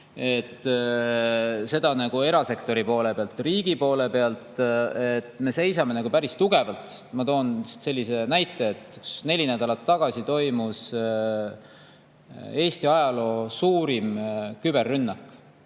Seda erasektori poole pealt. Riigi poole pealt me seisame päris tugevalt. Ma toon sellise näite, et neli nädalat tagasi toimus Eesti ajaloo suurim küberrünnak.